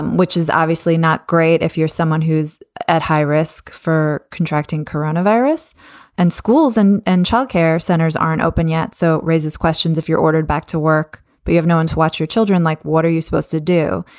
which is obviously not great, if you're someone who's at high risk for contracting coronavirus and schools and and child care centers aren't open yet, so raises questions if you're ordered back to work. but we have no one to watch your children. like, what are you supposed to do?